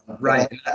right